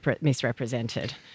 misrepresented